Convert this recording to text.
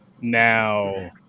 Now